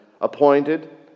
appointed